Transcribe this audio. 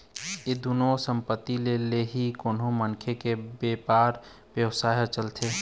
ये दुनो संपत्ति ले ही कोनो मनखे के बेपार बेवसाय ह चलथे